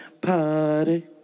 party